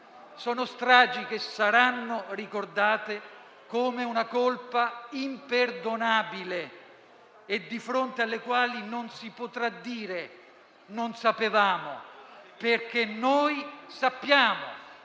Sono stragi che saranno ricordate come una colpa imperdonabile e di fronte alle quali non si potrà dire: "non sapevamo", perché noi sappiamo.